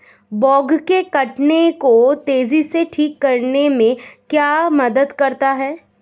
Bug के काटने को तेजी से ठीक करने में क्या मदद करता है?